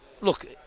look